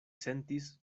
sentis